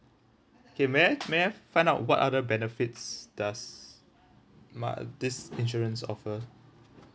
okay may I may I find out what other benefits does my this insurance offer